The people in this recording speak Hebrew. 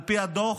על פי הדוח,